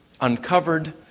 uncovered